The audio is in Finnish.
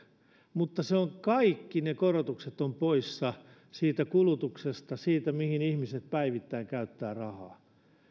mutta kaikki ne korotukset ovat poissa kulutuksesta siitä mihin ihmiset päivittäin käyttävät rahaa